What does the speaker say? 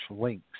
links